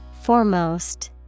Foremost